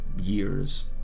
years